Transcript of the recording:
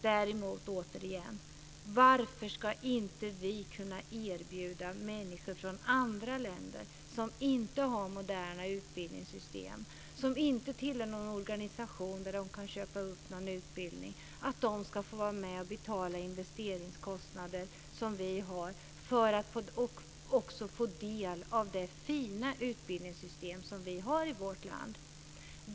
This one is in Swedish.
Däremot undrar jag återigen: Varför ska inte vi kunna erbjuda människor från andra länder som inte har moderna utbildningssystem och som inte tillhör någon organisation där de kan köpa utbildning att få vara med och betala investeringskostnader som vi har för att också få del av det fina utbildningssystem som vi har i vårt land?